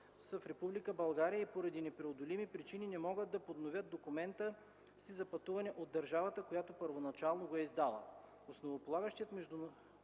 в Република България и поради непреодолими причини не могат да подновят документа си за пътуване от държавата, която първоначално го е издала.